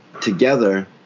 together